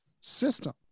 system